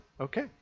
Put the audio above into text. Okay